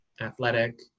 athletic